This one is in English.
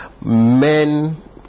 Men